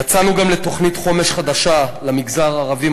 יצאנו גם לתוכנית חומש חדשה למגזר הערבי,